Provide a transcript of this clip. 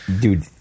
Dude